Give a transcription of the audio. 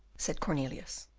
said cornelius,